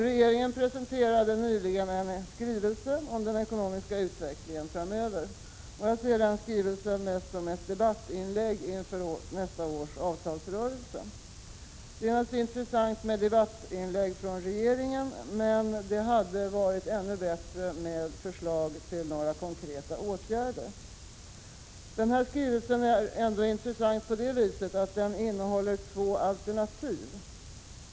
Regeringen presenterade nyligen en skrivelse om den ekonomiska utvecklingen, och jag ser den mest som ett debattinlägg inför nästa års avtalsrörelse. Debattinlägg från regeringen är naturligtvis intressanta, men det hade varit ännu bättre med förslag till konkreta åtgärder. Skrivelsen är intressant på det sättet att den innehåller två alternativ.